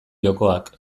jokoak